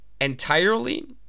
entirely